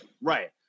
Right